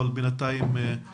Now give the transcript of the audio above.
אבל בינתיים אני